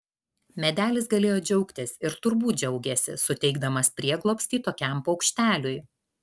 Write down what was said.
medelis galėjo džiaugtis ir turbūt džiaugėsi suteikdamas prieglobstį tokiam paukšteliui